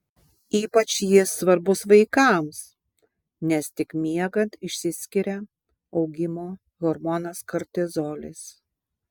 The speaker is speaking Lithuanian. ypač jis svarbus vaikams nes tik miegant išsiskiria augimo hormonas kortizolis